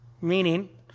meaning